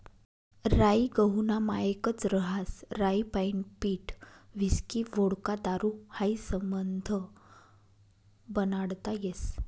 राई गहूना मायेकच रहास राईपाईन पीठ व्हिस्की व्होडका दारू हायी समधं बनाडता येस